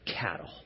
cattle